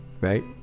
right